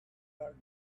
are